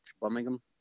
Birmingham